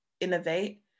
innovate